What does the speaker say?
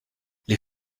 les